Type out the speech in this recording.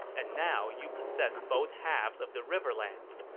and now you possess both halves of the riverlands.